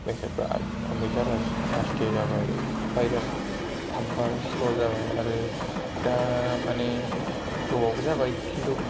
बेसोर बेराद कम्पिउटारा आसथे जाबाय वायरास हाबबाय स्लो जाबाय आरो दा मानि गोबावबो जाबाय किन्तु